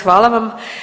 Hvala vam.